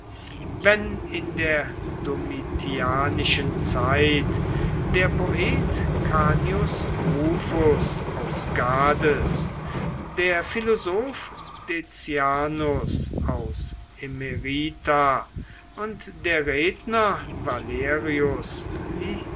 wenn in der domitianischen zeit der poet canius rufus aus gades der philosoph decianus aus emerita und der redner valerius